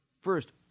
First